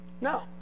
No